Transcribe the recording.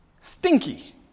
stinky